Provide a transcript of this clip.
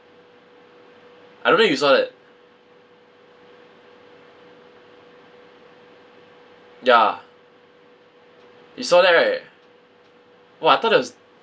I don't know if you saw that ya you saw that right !wah! I thought that was